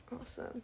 awesome